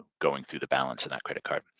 going through the balance of that credit card.